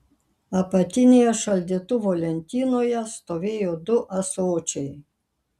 apatinėje šaldytuvo lentynoje stovėjo du ąsočiai